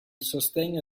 sostegno